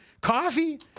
Coffee